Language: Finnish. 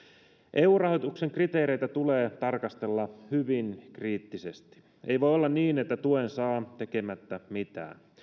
eu rahoituksen kriteereitä tulee tarkastella hyvin kriittisesti ei voi olla niin että tuen saa tekemättä mitään